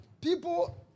People